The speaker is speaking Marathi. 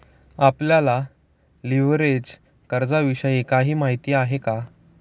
आपल्याला लिव्हरेज कर्जाविषयी काही माहिती आहे का?